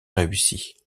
réussi